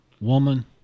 woman